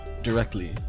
directly